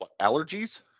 Allergies